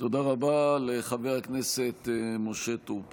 תודה רבה לחבר הכנסת משה טור פז.